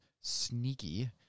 sneaky